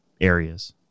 areas